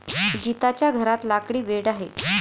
गीताच्या घरात लाकडी बेड आहे